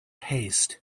haste